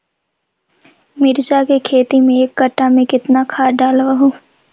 मिरचा के खेती मे एक कटा मे कितना खाद ढालबय हू?